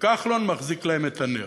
וכחלון מחזיק להם את הנר.